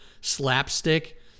slapstick